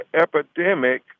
epidemic